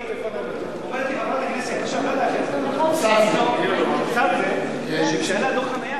אומרת לי חברת הכנסת אבסדזה שהיה לה דוח חנייה,